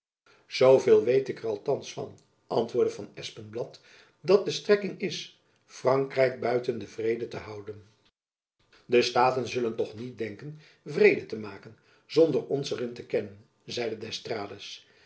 zooveel weet ik er althands van antwoordde van espenblad dat de strekking is frankrijk buiten den vrede te houden de staten zullen toch niet denken vrede te maken zonder ons er in te kennen zeide d'estrades